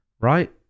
right